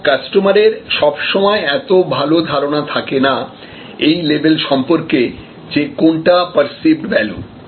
সুতরাং কাস্টমারের সব সময় এত ভাল ধারনা থাকে না এই লেভেল সম্পর্কে যে কোনটা পার্সিভড ভ্যালু